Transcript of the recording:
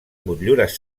motllures